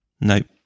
Nope